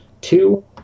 Two